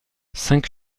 cinq